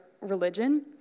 religion